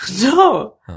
No